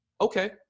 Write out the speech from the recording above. okay